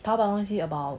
淘宝东西 about